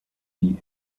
die